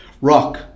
rock